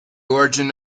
origin